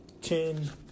ten